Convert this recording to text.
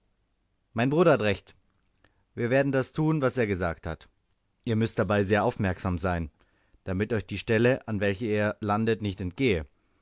mein bruder hat recht wir werden das tun was er gesagt hat ihr müßt dabei sehr aufmerksam sein damit euch die stelle an welcher er landet nicht entgehe